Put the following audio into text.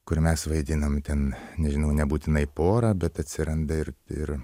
kur mes vaidinam ten nežinau nebūtinai porą bet atsiranda ir ir